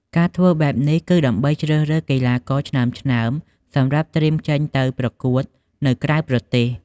ការធ្វើបែបនេះគឺដើម្បីជ្រើសរើសកីឡាករឆ្នើមៗសម្រាប់ត្រៀមចេញទៅប្រកួតនៅក្រៅប្រទេស។